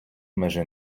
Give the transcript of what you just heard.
межи